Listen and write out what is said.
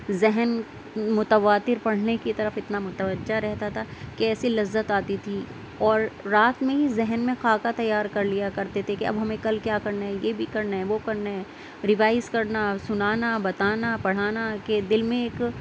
ذہن متواتر پڑھنے کی طرف اتنا متوجہ رہتا تھا کہ ایسی لذت آتی تھی اور رات میں ہی ذہن میں خاکہ تیار کر لیا کرتے تھے کہ اب ہمیں کل کیا کرنا ہے یہ بھی کرنا ہے وہ کرنا ہے ریوائز کرنا سنانا بتانا پڑھانا کہ دل میں ایک